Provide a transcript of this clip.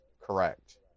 correct